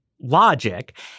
logic